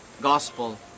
gospel